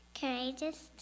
courageous